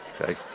Okay